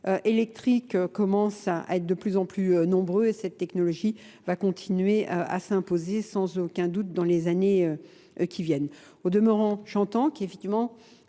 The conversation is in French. électrique commence à être de plus en plus nombreux et cette technologie va continuer à s'imposer sans aucun doute dans les années qui viennent. Au demeurant chantant, l'industrie